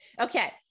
Okay